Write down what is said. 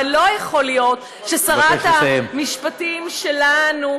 הרי לא יכול להיות ששרת המשפטים שלנו,